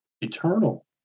eternal